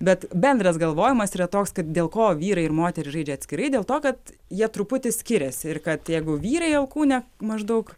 bet bendras galvojimas yra toks kad dėl ko vyrai ir moterys žaidžia atskirai dėl to kad jie truputį skiriasi ir kad jeigu vyrai alkūne maždaug